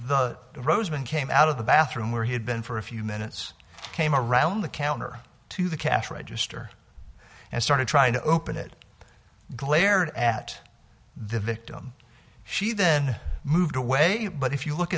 the roseman came out of the bathroom where he had been for a few minutes came around the counter to the cash register and started trying to open it glared at the victim she then moved away but if you look